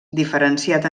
diferenciat